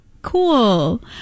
cool